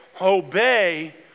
obey